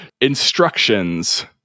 instructions